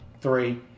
Three